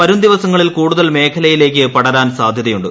വരും ദിവസങ്ങളിൽ കൂടുതൽ മേഖലയിലേക്ക് പടരാൻ സാധ്യതയുണ്ട്